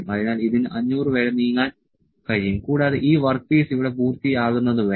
അതിനാൽ ഇതിന് 500 വരെ നീങ്ങാൻ കഴിയും കൂടാതെ ഈ വർക്ക് പീസ് ഇവിടെ പൂർത്തിയാകുന്നത് വരെ